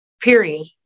period